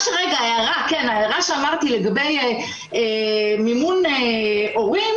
וההערה שאמרתי לגבי מימון הורים.